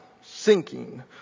sinking